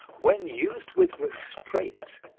when used with restraint,